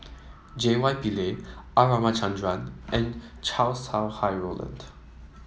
J Y Pillay R Ramachandran and Chow Sau Hai Roland